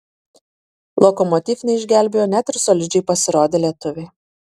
lokomotiv neišgelbėjo net ir solidžiai pasirodę lietuviai